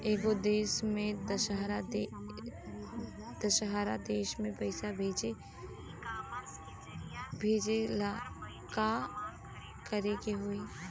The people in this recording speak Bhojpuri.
एगो देश से दशहरा देश मे पैसा भेजे ला का करेके होई?